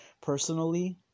personally